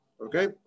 Okay